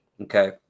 okay